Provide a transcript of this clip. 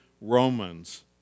Romans